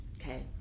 Okay